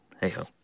hey-ho